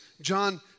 John